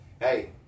hey